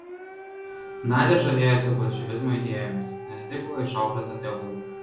nadia žavėjosi bolševizmo idėjomis nes taip buvo išauklėta tėvų